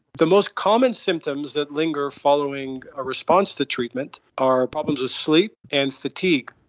the most common symptoms that linger following a response to treatment are problems with sleep and fatigue,